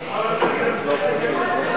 רשות הדיבור שלך.